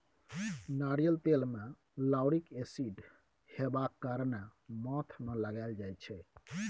नारियल तेल मे लाउरिक एसिड हेबाक कारणेँ माथ मे लगाएल जाइ छै